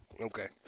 Okay